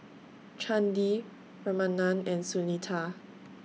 Chandi Ramanand and Sunita